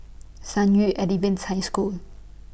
San Yu Adventist High School